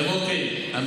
כמו כן,